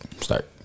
start